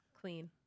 Clean